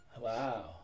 Wow